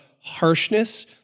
harshness